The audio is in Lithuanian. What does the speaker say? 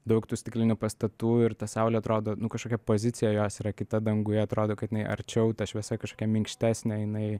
daug tų stiklinių pastatų ir ta saulė atrodo nu kažkokia pozicija jos yra kita danguje atrodo kad jinai arčiau ta šviesa kažkokia minkštesnė jinai